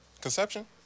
conception